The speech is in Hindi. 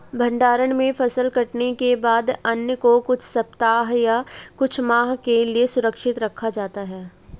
भण्डारण में फसल कटने के बाद अन्न को कुछ सप्ताह या कुछ माह के लिये सुरक्षित रखा जाता है